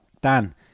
Dan